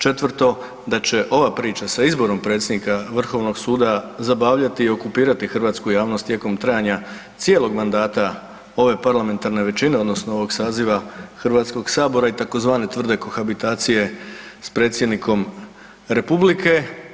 Četvrto, da će ova priča sa izborom predsjednika Vrhovnog suda zabavljati i okupirati hrvatsku javnost tijekom trajanja cijelog mandata ove parlamentarne većine, odnosno ovog saziva Hrvatskog saziva i tzv. tvrde kohabitacije sa Predsjednikom Republike.